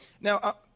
Now